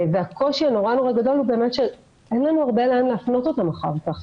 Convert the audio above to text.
והקושי המאוד גדול הוא באמת שאין לנו הרבה לאן להפנות אותם אחר כך.